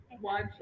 watch